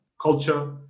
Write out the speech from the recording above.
culture